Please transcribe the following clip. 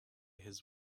his